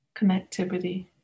connectivity